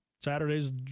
Saturday's